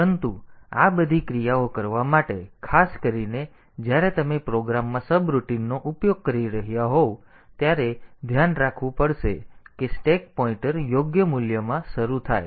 પરંતુ આ બધી ક્રિયાઓ કરવા માટે ખાસ કરીને જ્યારે તમે પ્રોગ્રામમાં સબરૂટિનનો ઉપયોગ કરી રહ્યાં હોવ ત્યારે આપણે ધ્યાન રાખવું પડશે કે સ્ટેક પોઈન્ટર યોગ્ય મૂલ્યમાં શરૂ થાય